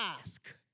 ask